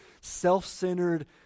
self-centered